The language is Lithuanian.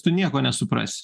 tu nieko nesuprasi